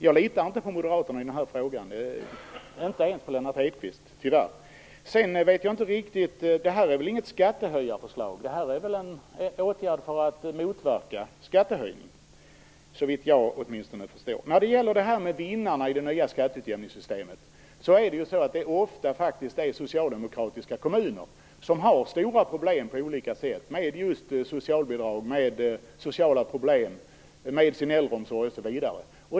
Jag litar inte på moderaterna i den här frågan, tyvärr inte ens på Lennart Hedquist. Det här är väl vidare inte något skattehöjarförslag. Det är, åtminstone såvitt jag förstår, en åtgärd för att motverka skattehöjningar. När det gäller vinnarna i det nya skatteutjämningssystemet är det faktiskt ofta socialdemokratiska kommuner som har stora problem med socialbidrag, med sociala problem, med sin äldreomsorg osv.